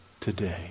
today